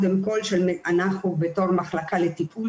אנחנו בתור מחלקה לטיפול,